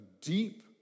deep